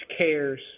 cares